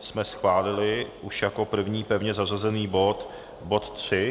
jsme schválili už jako první pevně zařazený bod bod 3.